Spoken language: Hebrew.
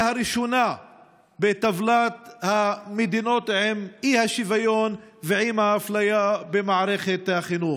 הראשונה בטבלת המדינות באי-שוויון ובאפליה במערכת החינוך.